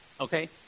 Okay